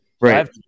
Right